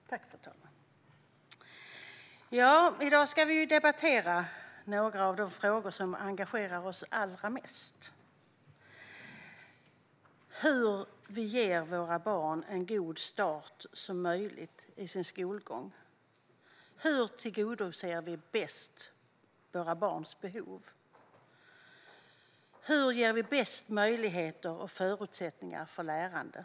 Fru talman! I dag ska vi debattera några av de frågor som engagerar oss allra mest: Hur ger vi våra barn en så god start som möjligt på sin skolgång? Hur tillgodoser vi bäst våra barns behov? Hur ger vi bäst möjligheter och förutsättningar för lärande?